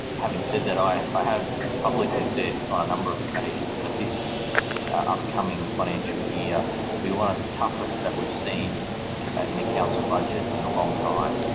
having said that, i i have publicly said on a number of occasions that this upcoming financial year will be one of the toughest that we've seen ah in a council budget in a long time.